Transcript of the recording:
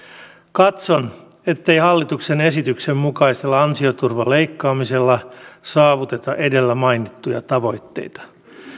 katson ettei hallituksen esityksen mukaisella ansioturvan leikkaamisella saavuteta edellä mainittuja tavoitteita